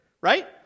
right